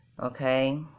Okay